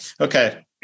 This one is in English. Okay